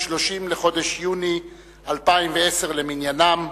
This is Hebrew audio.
30 בחודש יוני 2010 למניינם.